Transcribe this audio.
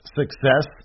success